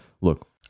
Look